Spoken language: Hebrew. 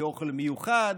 כאוכל מיוחד.